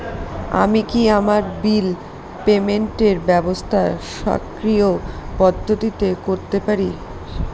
আমি কি আমার বিল পেমেন্টের ব্যবস্থা স্বকীয় পদ্ধতিতে করতে পারি?